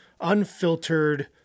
unfiltered